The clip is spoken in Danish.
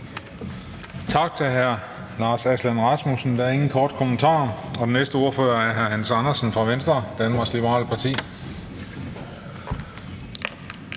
Tak til hr. Lars Aslan Rasmussen. Der er ingen korte bemærkninger. Den næste ordfører er hr. Hans Andersen fra Venstre, Danmarks Liberale Parti.